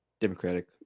Democratic